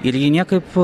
ir jį niekaip